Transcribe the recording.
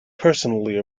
personally